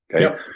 Okay